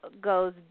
goes